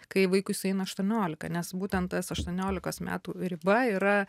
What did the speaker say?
kai vaikui sueina aštuoniolika nes būtent tas aštuoniolikos metų riba yra